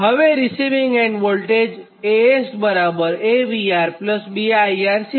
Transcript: હવે sending end voltage VS AVR B IR છે